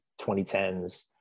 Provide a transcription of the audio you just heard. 2010s